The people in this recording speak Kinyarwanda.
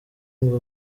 ngo